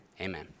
Amen